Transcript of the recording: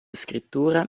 scrittura